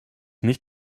nicht